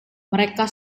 mereka